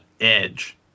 edge